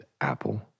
Apple